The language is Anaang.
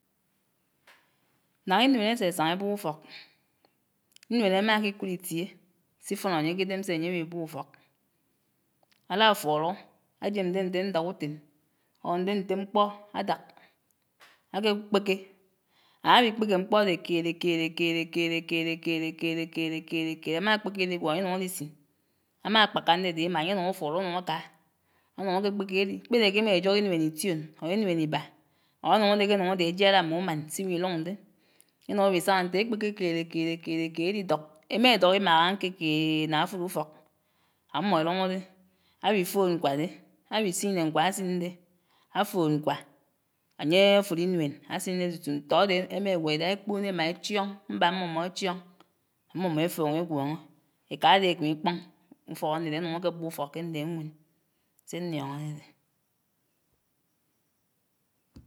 Nanga inuen ése sanga ebób ufók. Inuen ámá ki'kud itie sifon anyé k'idem seh anyé anwi bób ufok, Ála fòló ajem nde nte ñdaak uten or nde nte mkpó adâk, aké kpeké. anwi kpeké mkpó ade kere kere kere kere kere kere kere kere kere kere, amá kpeké ir'igwó, anye anuñ ar'isin' amá akpaká andedé ima anye anung afuró anung aká, anung'áke kpeké ari. Kpere k'emá ejógó inuen ition or inuen iba or anung adé ké anuñg adè ejiará mme uman s'iwi lung dẽ. Enuñg ewí sangá nterè èkpekè kere kere kere kere erí dók, èma èdók imà añkékèèèèd na afòrò ufók, ammó erungó dé, áwí fòòd ñkwa de, áwí sínnè ñkwa ásindé, áfòòd ñkwa, ányé fòrò inuen ásine tutu ntó áde èma ègwó ídagá ékponò éma échioñg, mbà mmómó échioñg, mmómó éfuñgó égwóñó. Eká áde ákemíkpoñ ufók ándedè ánuñg áke ábób ufók ké ndé ñnwen, se ñniongo ádedé.